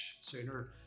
sooner